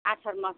आसार मासनि